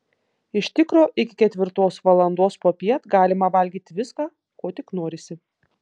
iš tikro iki ketvirtos valandos popiet galima valgyti viską ko tik norisi